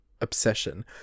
obsession